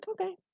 okay